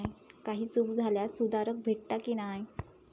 काही चूक झाल्यास सुधारक भेटता की नाय?